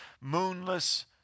moonless